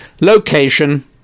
location